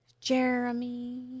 Jeremy